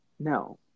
No